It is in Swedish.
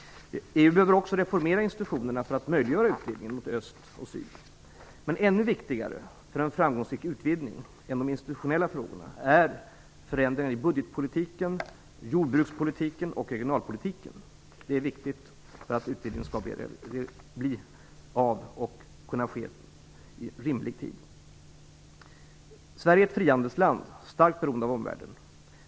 EU behöver också reformera institutionerna för att möjliggöra utvidgningen mot öst och syd. Men ännu viktigare för en framgångsrik utvidgning än de institutionella frågorna är förändringar i budgetpolitiken, jordbrukspolitiken och regionalpolitiken. Detta är viktigt för att utvidgningen skall bli av och kunna ske i rimlig tid. Sverige är ett frihandelsland, starkt beroende av omvärlden.